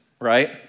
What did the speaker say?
right